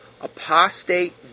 apostate